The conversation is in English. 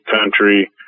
country